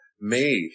made